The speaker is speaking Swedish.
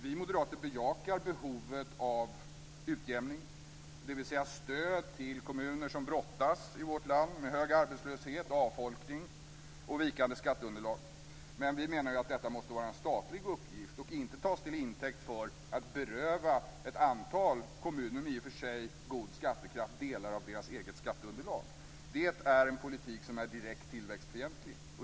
Vi moderater bejakar behovet av utjämning, dvs. stöd till kommuner i vårt land som brottas med hög arbetslöshet, avfolkning och vikande skatteunderlag. Men vi menar att detta måste vara en statlig uppgift och inte tas till intäkt för att beröva ett antal kommuner, med i och för sig god skattekraft, delar av deras eget skatteunderlag. Det är en politik som är direkt tillväxtfientlig.